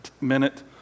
minute